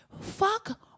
fuck